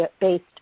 based